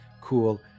cool